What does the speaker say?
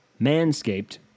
Manscaped